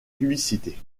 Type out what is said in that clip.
publicités